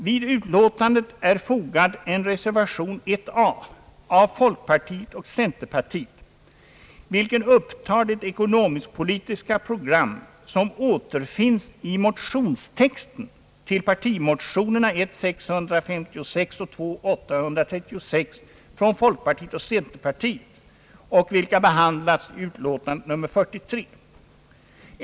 Vid utlåtandet är fogad reservation 1 a av folkpartiet och centerpartiet, vilken upptar det ekonomisk-politiska program som återfinns i motionstexten till partimotionerna 1I:656 och II: 836 från folkpartiet och centerpartiet och vilka behandlats i utlåtandet nr 43.